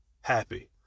happy